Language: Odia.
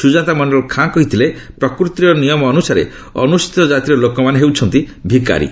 ସୁଜାତା ମଣ୍ଡଳ ଖାଁ କହିଥିଲେ ପ୍ରକୃତିର ନିୟମ ଅନୁସାରେ ଅନୁସୂଚୀତର ଜାତିର ଲୋକମାନେ ହେଉଛନ୍ତି ଭିକାରୀ